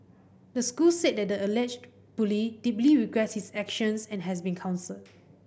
the school said the alleged bully deeply regrets his actions and has been counselled